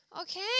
Okay